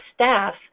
staff